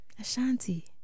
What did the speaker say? Ashanti